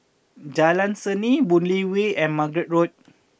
Jalan Seni Boon Lay Way and Margate Road